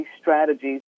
strategies